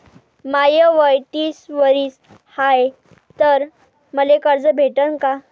माय वय तीस वरीस हाय तर मले कर्ज भेटन का?